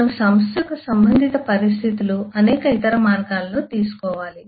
మనము సంస్థ యొక్క సంబంధింత పరిస్థితులు అనేక ఇతర మార్గాల్లో తీసుకోవాలి